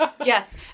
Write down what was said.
Yes